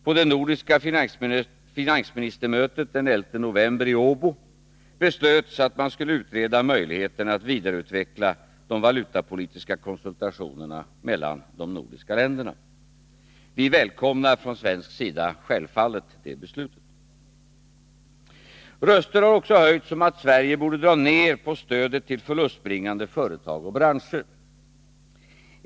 På det nordiska finansministermötet den 11 november i Åbo beslöts att man skulle utreda möjligheterna att vidareutveckla de valutapolitiska konsultationerna mellan de nordiska länderna. Vi välkomnar från svensk sida självfallet detta beslut. Röster har också höjts om att Sverige borde dra ned på stödet till förlustbringande företag och branscher.